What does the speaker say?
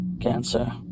cancer